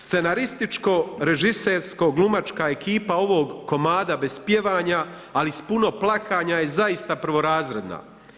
Scenarističko, režisersko glumačka ekipa, ovog komada bez pjevanja ali s puno plakanja je zaista prvorazredna.